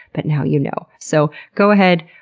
but now you know. so, go ahead,